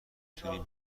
تونی